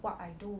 what I do